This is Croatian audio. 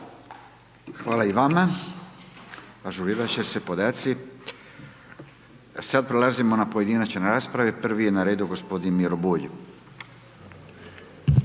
Hvala i vama. Ažurirat će se podaci. Sad prelazimo na pojedinačne rasprave, prvi je na redu g. Miro Bulj. **Bulj,